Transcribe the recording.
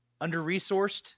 under-resourced